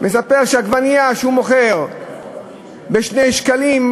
שעגבנייה שהוא מוכר ב-2 שקלים,